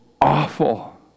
awful